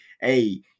hey